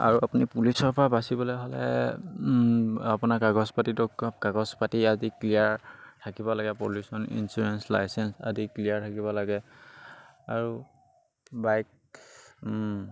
আৰু আপুনি পুলিচৰ পৰা বাচিবলৈ হ'লে আপোনাৰ কাগজ পাতি দৰকাৰ কাগজ পাতি আদি ক্লিয়াৰ থাকিব লাগে পলিউশ্যন ইঞ্চুৰেঞ্চ লাইচেঞ্চ আদি ক্লিয়াৰ থাকিব লাগে আৰু বাইক